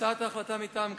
הצעת ההחלטה מטעם קדימה: